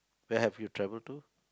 where have you travel to